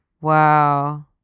Wow